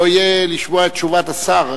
לא יהיה לשמוע את תשובת השר.